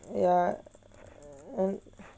ya then